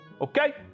okay